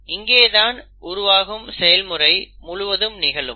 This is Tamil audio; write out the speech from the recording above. இங்கேதான் உருவாக்கும் செயல்முறை முழுவதும் நிகழும்